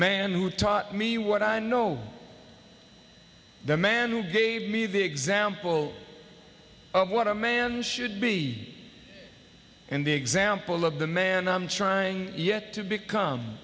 man who taught me what i know the man who gave me the example of what a man should be and the example of the man i'm trying yet to become